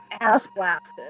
ass-blasted